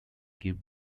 give